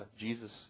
Jesus